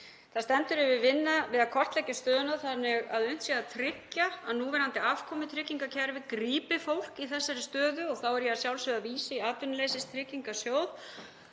Það stendur yfir vinna við að kortleggja stöðuna þannig að unnt sé að tryggja að núverandi afkomutryggingakerfi grípi fólk í þessari stöðu og þá er ég að sjálfsögðu að vísa í Atvinnuleysistryggingasjóð